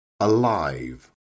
alive